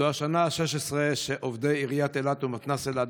זו השנה ה-16 שעובדי עיריית אילת ומתנ"ס אילת,